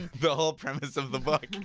the whole premise of the book.